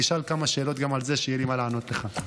תשאל כמה שאלות גם על זה שיהיה לי מה לענות לך.